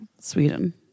Sweden